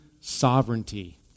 sovereignty